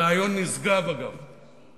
זה רעיון נשגב, אגב.